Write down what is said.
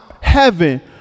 heaven